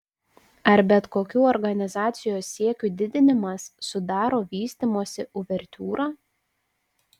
ar bet kokių organizacijos siekių didinimas sudaro vystymosi uvertiūrą